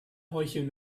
heucheln